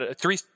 three